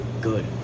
good